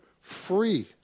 free